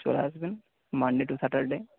চলে আসবেন Monday to Saturday